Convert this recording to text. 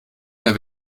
mehr